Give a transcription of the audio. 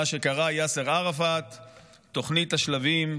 מה שיאסר ערפאת קרא "תוכנית השלבים".